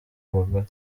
abagore